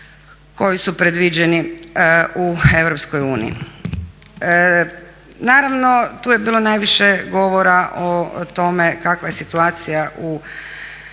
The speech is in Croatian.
koji su predviđeni u Europskoj uniji. Naravno, tu je bilo najviše govora o tome kakva je situacija u